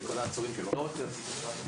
סליחה,